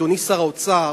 אדוני שר האוצר,